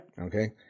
Okay